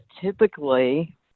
typically